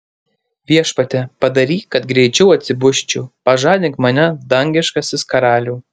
viešpatie padaryk kad greičiau atsibusčiau pažadink mane dangiškasis karaliau